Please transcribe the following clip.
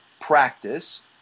practice